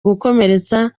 ndizera